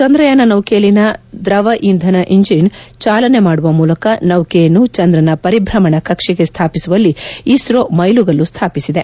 ಚಂದ್ರಯಾನ ನೌಕೆಯಲ್ಲಿನ ದ್ರವ ಇಂಧನ ಇಂಜಿನ್ ಚಾಲನೆ ಮಾಡುವ ಮೂಲಕ ನೌಕೆಯನ್ನು ಚಂದ್ರನ ಪರಿಚ್ರಮಣ ಕಕ್ಷೆಗೆ ಸ್ಥಾಪಿಸುವಲ್ಲಿ ಇಸ್ತೋ ಮೈಲಿಗಲ್ಲು ಸಾಧಿಸಿದೆ